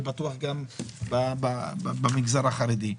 ובטוח גם במגזר החרדי,